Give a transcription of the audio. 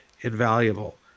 invaluable